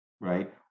right